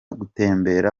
gutembera